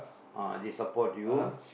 ah they support you